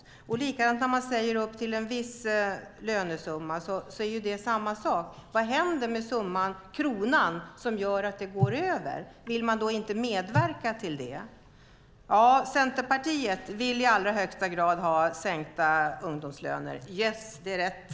Det är likadant när man säger att det ska gälla upp till en viss lönesumma. Det är samma sak där. Vad händer med kronan som gör att det går över? Vill man inte medverka till det? Centerpartiet vill i allra högsta grad ha sänkta ungdomslöner. Yes, det är rätt!